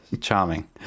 charming